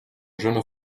jeune